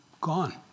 gone